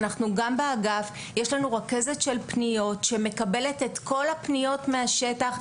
גם באגף יש לנו רכזת של פניות שמקבלת את כל הפניות מהשטח,